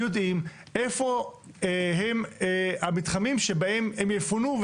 יודעים איפה הם המתחמים שבהם הם יפונו.